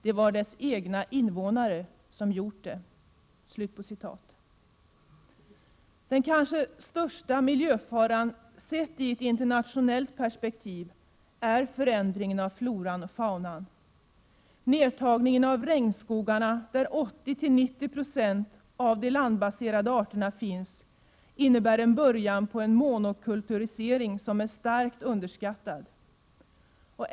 Det var dess egna invånare som gjort det.” Den kanske största miljöfaran, sett i ett internationellt perspektiv, är förändringen av floran och faunan. Nertagningen av regnskogarna, där 80-90 7 av de landbaserade arterna finns, innebär en början på en monokulturisering som är starkt underskattad.